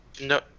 no